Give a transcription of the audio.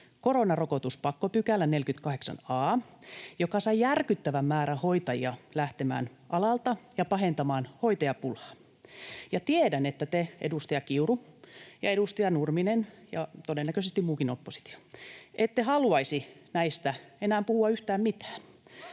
koronarokotuspakkopykälän 48 a, joka sai järkyttävän määrän hoitajia lähtemään alalta ja pahentamaan hoitajapulaa. Ja tiedän, että te, edustaja Kiuru ja edustaja Nurminen ja todennäköisesti muukin oppositio, ette haluaisi näistä enää puhua yhtään mitään,